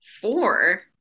Four